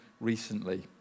recently